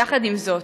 אך יחד עם זאת,